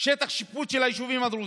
שטח השיפוט של היישובים הדרוזיים,